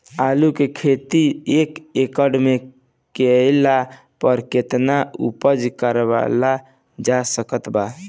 आलू के खेती एक एकड़ मे कैला पर केतना उपज कराल जा सकत बा?